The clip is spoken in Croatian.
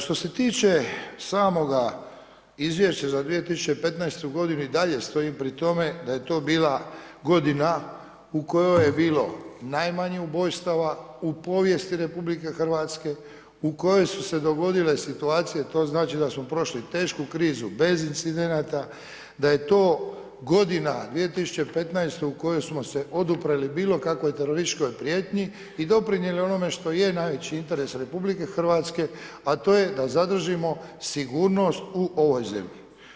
Što se tiče samog izvješća za 2015. godinu, i dalje stojim pri tome da je to bila godina u kojoj je bilo najmanje ubojstava u povijesti RH, u kojoj su se dogodile situacije, to znači da smo prošli krizu bez incidenata, da je to godina 2015. u kojoj smo se oduprli bilokakvoj terorističkoj prijetnji i doprinijeli onome što je najveći interes RH, a to je da zadržimo sigurnost u ovoj zemlji.